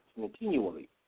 continually